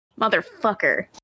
Motherfucker